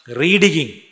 reading